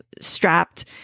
strapped